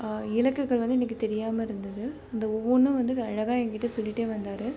இலக்குகள் வந்து எனக்கு தெரியாமல் இருந்தது அந்த ஒவ்வொன்றும் வந்து அழகாக என்கிட்ட சொல்லிகிட்டே வந்தார்